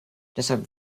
deshalb